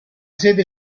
sede